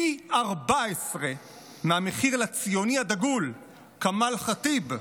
פי 14 מהמחיר לציוני הדגול כמאל ח'טיב,